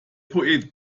poet